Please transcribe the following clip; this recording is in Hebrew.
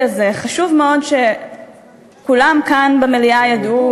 הזה חשוב מאוד שכולם כאן במליאה ידעו,